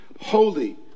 holy